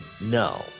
no